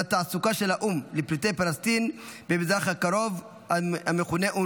והתעסוקה של האו"ם לפליטי פלסטין במזרח הקרוב (אונר"א)